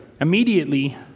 Immediately